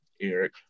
Eric